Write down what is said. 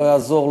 לא יעזור,